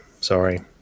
sorry